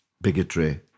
bigotry